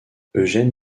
eugène